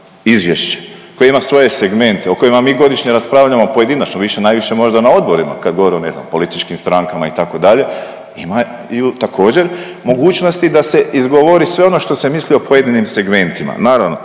izvješće koje ima svoje segmente, o kojima mi godišnje raspravljamo pojedinačno, više najviše možda na odborima kad govorimo o, ne znam, političkim strankama, itd., imaju također, mogućnosti da se izgovori sve ono što se misli o pojedinim segmentima. Naravno,